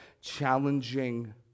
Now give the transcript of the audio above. challenging